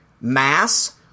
mass